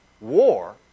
War